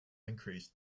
increased